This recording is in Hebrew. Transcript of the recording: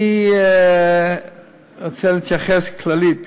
אני רוצה להתייחס כללית.